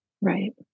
right